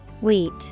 Wheat